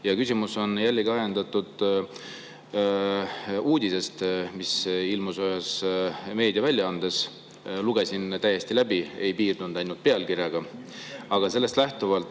Küsimus on jällegi ajendatud uudisest, mis ilmus ühes meediaväljaandes. Lugesin selle täiesti läbi, ei piirdunud ainult pealkirjaga, ja sellest lähtuvalt